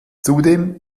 zudem